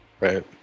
Right